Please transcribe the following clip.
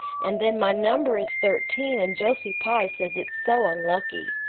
and then my number is thirteen and josie pye says it's so unlucky.